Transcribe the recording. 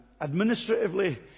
administratively